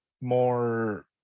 more